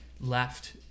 left